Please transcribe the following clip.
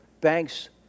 bank's